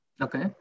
Okay